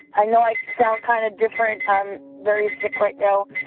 i know i sound kind of different. i'm very sick right now,